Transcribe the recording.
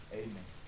amen